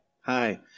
Hi